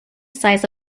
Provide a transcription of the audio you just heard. size